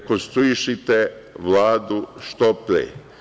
Rekonstruišite Vladu što pre.